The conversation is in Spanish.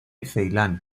ceilán